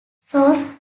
source